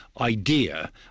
idea